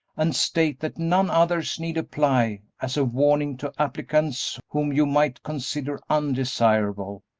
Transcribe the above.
and state that none others need apply as a warning to applicants whom you might consider undesirable.